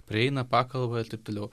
prieina pakalba ir taip toliau